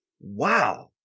wow